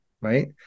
right